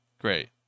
great